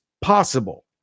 possible